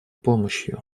помощью